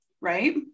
Right